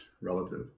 relative